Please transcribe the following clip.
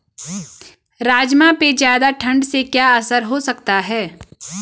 राजमा पे ज़्यादा ठण्ड से क्या असर हो सकता है?